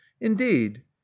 indeed